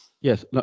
Yes